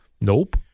Nope